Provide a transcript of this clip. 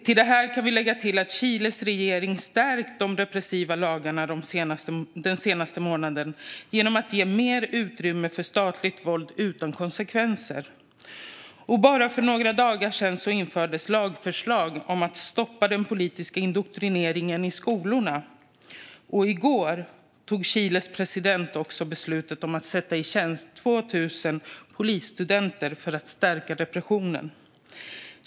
Till det här kan vi lägga att Chiles regering har stärkt de repressiva lagarna den senaste månaden genom att ge mer utrymme för statligt våld utan konsekvenser. Bara för några dagar sedan infördes lagförslag om att stoppa den politiska indoktrineringen i skolorna. I går tog Chiles president beslut om att sätta i tjänst 2 000 polisstudenter för att stärka repressionen.